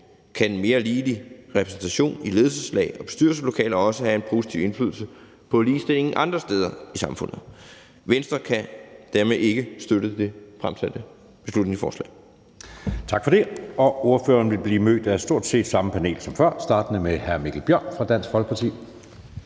kan en mere ligelig repræsentation i ledelseslag og bestyrelseslokaler også have en positiv indflydelse på ligestilling andre steder i samfundet. Venstre kan dermed ikke støtte det fremsatte beslutningsforslag.